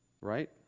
Right